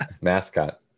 mascot